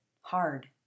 hard